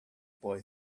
boy